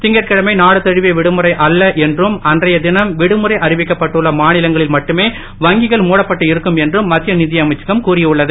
திங்கட்கிழமை நாடு தழுவிய விடுமுறை அல்ல என்றும் அன்றைய தினம் விடுமுறை அறிவிக்கப்பட்டுள்ள மாநிலங்களில் மட்டுமே வங்கிகள் மூடப்பட்டு இருக்கும் என்றும் மத்திய நிதியமைச்சகம் கூறியுள்ளது